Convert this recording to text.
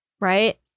Right